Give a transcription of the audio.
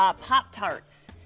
ah pop tarts,